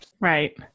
Right